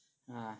ah